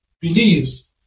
believes